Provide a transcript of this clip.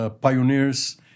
pioneers